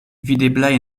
videblaj